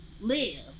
live